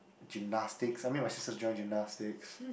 gymnastics I mean my sisters joined gymnastics